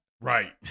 Right